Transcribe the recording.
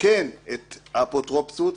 כן את האפוטרופסות,